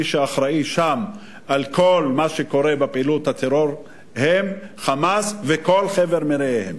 מי שאחראי שם לכל מה שקורה בפעילות הטרור זה "חמאס" וכל חבר מרעיהם.